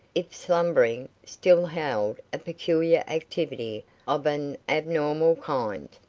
if slumbering, still held a peculiar activity of an abnormal kind.